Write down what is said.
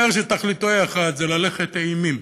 זה אומר שתכליתו היא אחת, וזה להלך אימים.